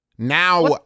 Now